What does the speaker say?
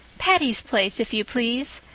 patty's place if you please!